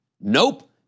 Nope